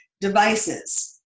devices